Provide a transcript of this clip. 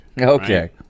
Okay